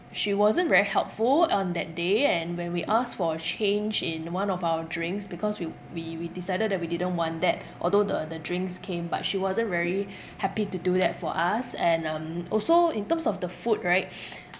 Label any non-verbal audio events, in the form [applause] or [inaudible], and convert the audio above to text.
she wasn't very helpful on that day and when we asked for a change in one of our drinks because we we we decided that we didn't want that although the the drinks came but she wasn't very happy to do that for us and um also in terms of the food right [breath]